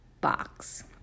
box